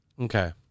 okay